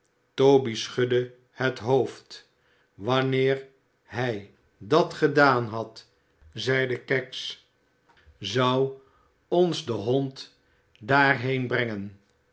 toby schudde het hoofd wanneer hij dat gedaan had zeide kags zou ons de hond daarheen brengen